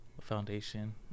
foundation